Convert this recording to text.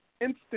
instant